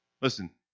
Listen